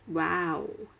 !wow!